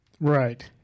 Right